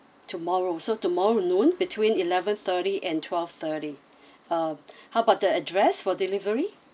tomorrow so tomorrow noon between eleven thirty and twelve thirty uh how about the address for delivery